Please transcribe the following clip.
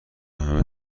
همه